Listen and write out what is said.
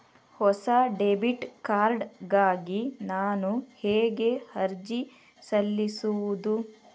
ಹೊಸ debit card ಗಾಗಿ ನಾನು ಹೇಗೆ ಅರ್ಜಿ ಸಲ್ಲಿಸುವುದು?